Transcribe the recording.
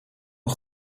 een